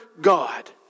God